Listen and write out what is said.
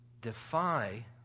defy